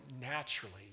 naturally